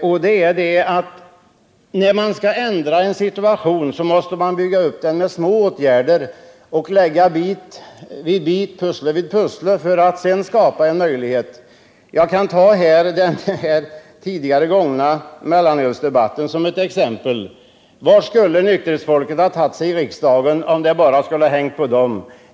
När man skall ändra och skapa en ny situation, måste man bygga upp den med små åtgärder och lägga pusselbit vid pusselbit. Jag kan ta den tidigare mellanölsdebatten såsom exempel. Vad skulle nykterhetsmänniskorna ha kunnat åstadkomma i riksdagen om det bara hade hängt på dem?